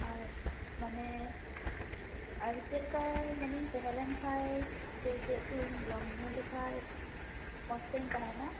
ᱟ ᱢᱟᱱᱮ ᱟᱨ ᱪᱮᱫᱞᱮᱠᱟ ᱢᱟᱱᱮᱧ ᱛᱟᱦᱮᱸ ᱞᱮᱱᱠᱷᱟᱭ ᱥᱮ ᱪᱮᱫ ᱠᱚᱧ ᱡᱚᱢᱼᱧᱩ ᱞᱮᱠᱷᱟᱱ ᱢᱚᱸᱡᱛᱤᱧ ᱛᱟᱦᱮᱱᱟ